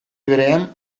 berean